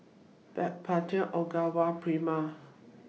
Backpedic Ogawa Prima